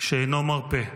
שאינו מרפה.